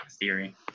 theory